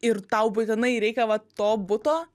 ir tau būtinai reikia vat to buto